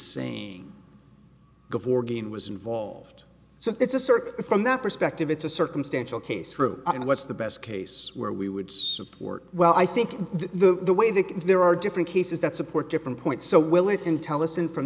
saying before game was involved so it's a circle from that perspective it's a circumstantial case true and what's the best case where we would support well i think the way that there are different cases that support different points so will it in tell us in from